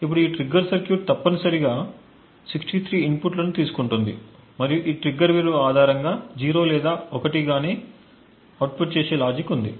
ఇప్పుడు ఈ trigger circuit తప్పనిసరిగా 63 ఇన్పుట్లను తీసుకుంటుంది మరియు ఈ ట్రిగ్గర్ విలువ ఆధారంగా 0 లేదా 1 గాని అవుట్పుట్ చేసే లాజిక్ ఉంది